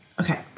Okay